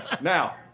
Now